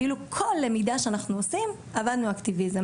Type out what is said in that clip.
כאילו כל הלמידה שאנחנו עושים עבדנו באקטיביזם.